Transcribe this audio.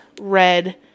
red